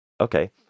Okay